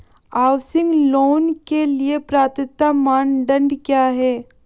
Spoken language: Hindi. हाउसिंग लोंन के लिए पात्रता मानदंड क्या हैं?